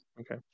Okay